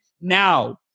now